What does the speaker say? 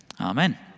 Amen